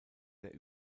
der